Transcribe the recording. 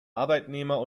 arbeitnehmer